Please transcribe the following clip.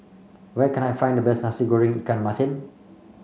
where can I find the best Nasi Goreng Ikan Masin